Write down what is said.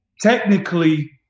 technically